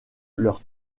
leur